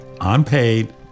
unpaid